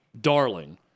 darling